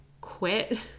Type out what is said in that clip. quit